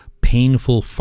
painful